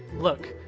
look,